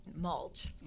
mulch